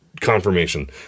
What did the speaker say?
confirmation